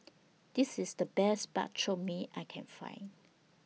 This IS The Best Bak Chor Mee I Can Find